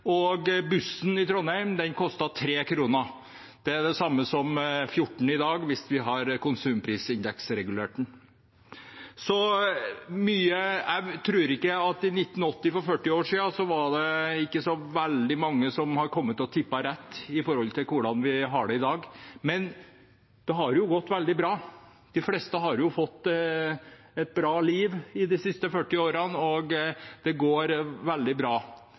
Bussen i Trondheim kostet 3 kr. Det er det samme som 14 kr i dag, hvis vi hadde konsumprisindeksregulert den. Jeg tror ikke at så veldig mange i 1980, for 40 år siden, hadde tippet rett om hvordan vi har det i dag, men det har jo gått veldig bra. De fleste har fått et bra liv i de siste 40 årene, og det går veldig bra.